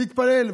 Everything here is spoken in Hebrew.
להתפלל.